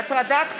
הטרדת קטין),